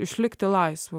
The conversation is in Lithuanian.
išlikti laisva